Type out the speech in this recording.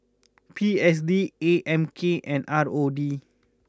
P S D A M K and R O D